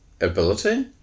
Ability